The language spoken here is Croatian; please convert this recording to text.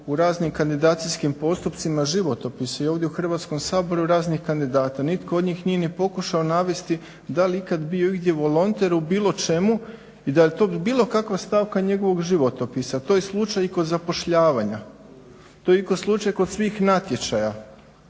u raznim kandidacijskim postupcima životopis i ovdje u Hrvatskom saboru raznih kandidata. Nitko od njih nije ni pokušao navesti da li je ikad bio igdje volonter u bilo čemu i da je to bilo kakva stavka njegovog životopisa. To je slučaj i kod zapošljavanja. To je slučaj kod svih natječaja.